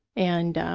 and